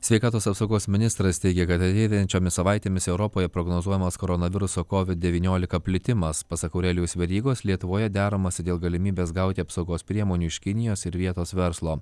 sveikatos apsaugos ministras teigia kad ateinančiomis savaitėmis europoje prognozuojamas koronaviruso covid devyniolika plitimas pasak aurelijaus verygos lietuvoje deramasi dėl galimybės gauti apsaugos priemonių iš kinijos ir vietos verslo